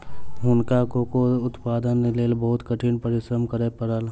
हुनका कोको उत्पादनक लेल बहुत कठिन परिश्रम करय पड़ल